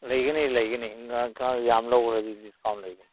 ꯂꯩꯒꯅꯤ ꯂꯩꯒꯅꯤ ꯈꯔ ꯌꯥꯝ ꯂꯧꯔꯗꯤ ꯗꯤꯁꯀꯥꯎꯟ ꯂꯩꯒꯅꯤ